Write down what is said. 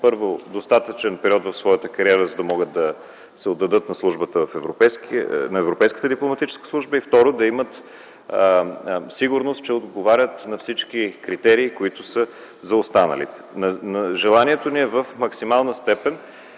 първо, достатъчен период в своята кариера, за да могат да се отдадат на Европейската дипломатическа служба, и, второ, да имат сигурност, че отговарят на всички критерии, които са за останалите. Желанието ни е в максимална степен